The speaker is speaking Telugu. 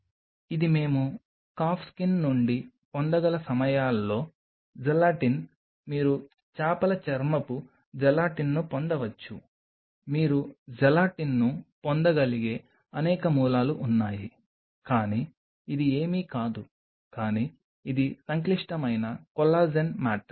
ఇది మేము కాఫ్ స్కిన్ నుండి పొందగల సమయాల్లో జెలటిన్ మీరు చేపల చర్మపు జెలటిన్ను పొందవచ్చు మీరు జెలటిన్ను పొందగలిగే అనేక మూలాలు ఉన్నాయి కానీ ఇది ఏమీ కాదు కానీ ఇది సంక్లిష్టమైన కొల్లాజెన్ మాట్రిక్స్